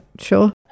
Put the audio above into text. sure